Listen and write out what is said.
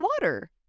water